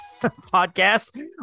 podcast